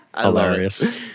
Hilarious